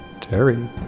Terry